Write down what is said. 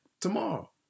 tomorrow